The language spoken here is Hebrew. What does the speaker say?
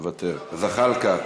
מוותר, זחאלקה,